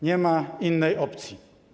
Nie ma innej opcji.